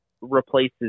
replaces